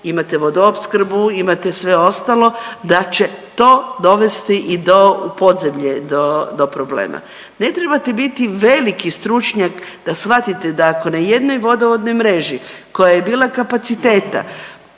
imate vodoopskrbu, imate sve ostalo, da će to dovesti i do u podzemlje, do problema. Ne trebate biti veliki stručnjak da shvatite, da ako na jednoj vodovodnoj mreži koja je bila kapaciteta